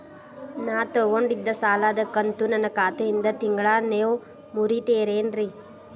ನಾ ತೊಗೊಂಡಿದ್ದ ಸಾಲದ ಕಂತು ನನ್ನ ಖಾತೆಯಿಂದ ತಿಂಗಳಾ ನೇವ್ ಮುರೇತೇರೇನ್ರೇ?